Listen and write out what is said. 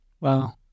Wow